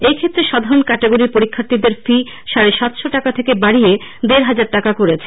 এক্ষেত্রে সাধারণ ক্যাটাগরির পরীক্ষার্থীদের ফি সাড়ে সাতশো টাকা থেকে বাড়িয়ে দেড় হাজার টাকা করেছে